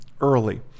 early